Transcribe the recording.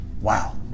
Wow